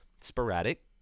sporadic